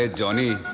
ah johnny?